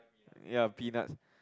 ya peanuts